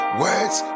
words